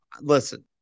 Listen